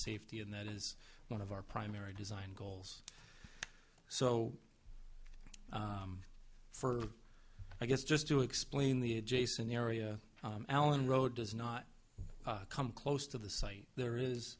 safety and that is one of our primary design goals so for i guess just to explain the adjacent area allen road does not come close to the site there is